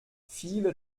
viele